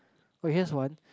oh here's one